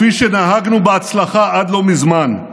כפי שנהגנו בהצלחה עד לא מזמן.